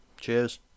Cheers